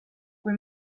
kui